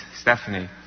Stephanie